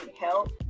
help